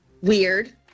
weird